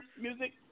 Music